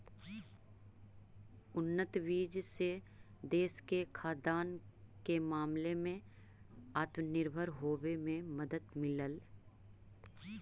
उन्नत बीज से देश के खाद्यान्न के मामले में आत्मनिर्भर होवे में मदद मिललई